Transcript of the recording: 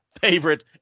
favorite